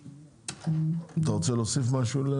אתה רוצה להוסיף משהו?